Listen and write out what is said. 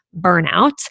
burnout